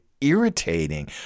irritating